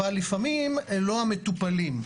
אבל לפעמים לא המטופלים.